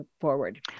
forward